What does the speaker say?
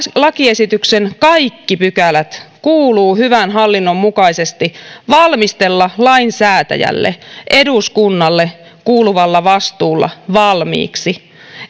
lakiesityksen kaikki pykälät kuuluu hyvän hallinnon mukaisesti valmistella lainsäätäjälle eduskunnalle kuuluvalla vastuulla valmiiksi